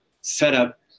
setup